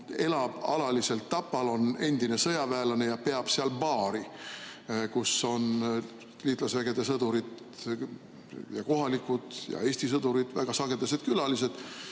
elab alaliselt Tapal, on endine sõjaväelane ja peab seal baari, kus liitlasvägede sõdurid, kohalikud ja Eesti sõdurid on väga sagedased külalised.